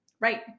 right